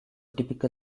typical